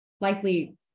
likely